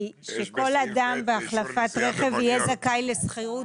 שכל אדם בהחלפת רכב יהיה זכאי לשכירות.